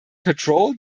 patrol